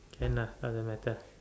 can lah doesn't matter